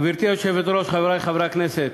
גברתי היושבת-ראש, חברי חברי הכנסת,